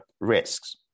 risks